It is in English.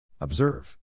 Observe